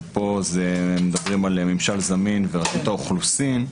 שפה מדברים על ממשל זמין ורשות האוכלוסין,